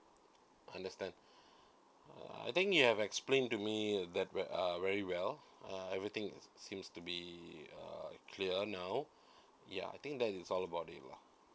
understand uh I think you have explained to me that uh very well uh everything seems to be clear uh now ya I think that is all about